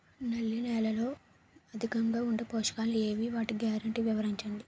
నల్ల నేలలో అధికంగా ఉండే పోషకాలు ఏవి? వాటి గ్యారంటీ వివరించండి?